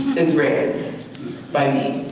is read by me.